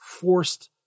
forced